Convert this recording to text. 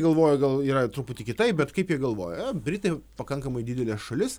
galvojo gal yra truputį kitaip bet kaip jie galvojo britai pakankamai didelė šalis